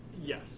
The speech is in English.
Yes